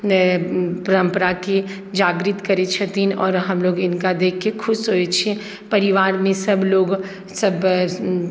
नया परम्पराके जागृत करैत छथिन आओर हमलोग हिनका देखि कऽ खुश होइ छियै परिवारमे सभलोग सभ